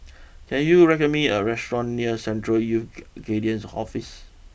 can you recommend me a restaurant near Central Youth Guidance Office